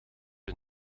een